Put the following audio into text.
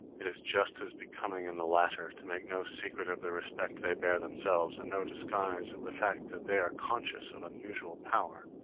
it is just as becoming in the latter to make no secret of the respect they bear themselves and no disguise of the fact that they are conscious of unusual power,